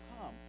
come